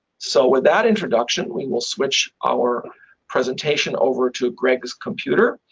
so with that introduction we will switch our presentation over to greg's computer,